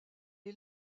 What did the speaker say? est